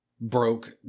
broke